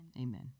Amen